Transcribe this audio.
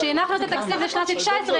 כשהנחנו את התקציב לשנת 2019,